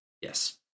Yes